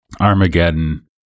Armageddon